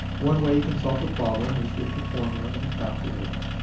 one way you can solve the problem is with the formula and a calculator.